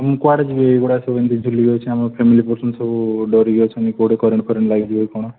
ମୁଁ କୁଆଡ଼େ ଯିବି ଏଗୁଡ଼ା ସବୁ ଏମିତି ଝୁଲିକି ଅଛି ଆମର ଫ୍ୟାମିଲି ପର୍ସନ୍ ସବୁ ଡ଼ରିକି ଅଛନ୍ତି କୁଆଡ଼େ କରେଣ୍ଟଫରେଣ୍ଟ ଲାଗିଯିବ କି କଣ